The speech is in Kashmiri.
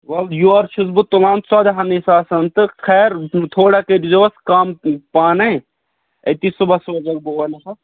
وَل یورٕ چھُس بہٕ تُلان ژۄدہَنٕے ساسَن تہٕ خیر تھوڑا کٔرۍ زیٚووس کَم پانَے أتی صُبحس سوزَکھ بہٕ اور نَفَر